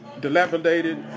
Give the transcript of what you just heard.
dilapidated